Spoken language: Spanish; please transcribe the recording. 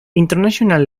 international